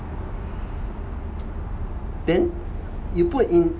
then you put in